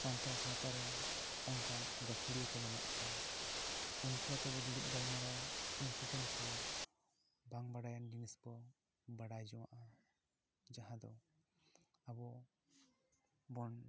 ᱥᱟᱱᱛᱟᱲ ᱥᱟᱶᱛᱟ ᱨᱮ ᱚᱱᱠᱟᱱ ᱜᱟᱹᱠᱷᱩᱲᱤᱭᱟᱹ ᱠᱚ ᱢᱮᱱᱟᱜ ᱠᱚᱣᱟ ᱩᱱᱠᱩ ᱟᱛᱮ ᱵᱚᱱ ᱫᱩᱲᱩᱵ ᱜᱟᱞᱢᱟᱨᱟᱣᱟ ᱩᱱᱠᱩ ᱴᱷᱮᱱ ᱠᱷᱚᱱ ᱵᱟᱝ ᱵᱟᱲᱟᱭᱟᱱ ᱡᱤᱱᱤᱥ ᱠᱚ ᱵᱟᱲᱟᱭ ᱡᱚᱝᱼᱟ ᱡᱟᱦᱟ ᱫᱚ ᱟᱵᱚ ᱵᱚᱱ